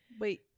Wait